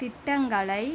திட்டங்களை